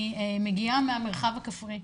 אני מגיעה מהמרחב הכפרי,